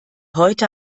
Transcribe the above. heute